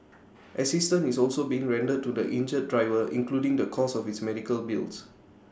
assistance is also being rendered to the injured driver including the cost of his medical bills